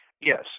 Yes